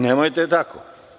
Nemojte tako.